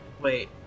Wait